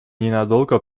ненадолго